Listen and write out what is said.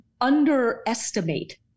underestimate